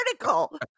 article